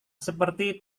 seperti